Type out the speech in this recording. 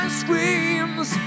screams